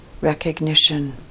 recognition